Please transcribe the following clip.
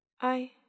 I